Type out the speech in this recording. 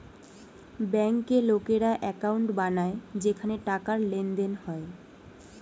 ব্যাংকে লোকেরা অ্যাকাউন্ট বানায় যেখানে টাকার লেনদেন হয়